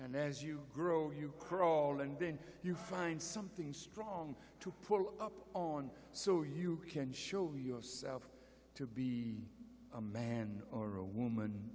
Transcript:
and as you grow you crawl and then you find something strong to put on so you can show yourself to be a man or a woman